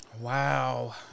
wow